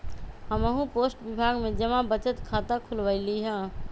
हम्हू पोस्ट विभाग में जमा बचत खता खुलवइली ह